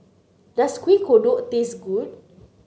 does Kuih Kodok taste good